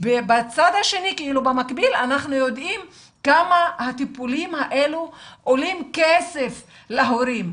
במקביל אנחנו יודעים כמה הטיפולים האלה עולים כסף להורים.